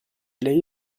lei